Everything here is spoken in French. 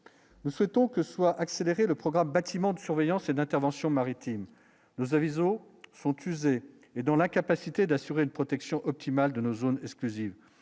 nous souhaitons que soit accéléré le programme Bach. Ciment de surveillance et d'intervention maritimes nous avisons sont usés et dans l'incapacité d'assurer une protection optimale de nos zones exclusives,